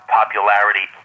popularity